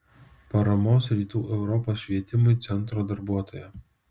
paramos rytų europos švietimui centro darbuotoja